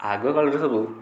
ଆଗକାଳରେ ସବୁ